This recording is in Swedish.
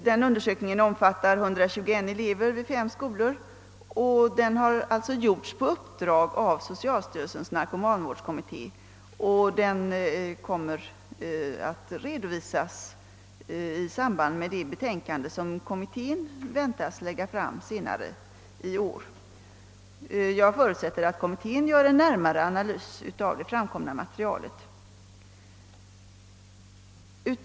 Denna undersökning omfattar 121 elever vid fem skolor, och den kommer att redovisas i samband med det betänkande som kommittén väntas lägga fram senare i vår. Jag förutsätter att kommittén gör en närmare analys av det framkomna materialet.